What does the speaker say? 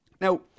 Now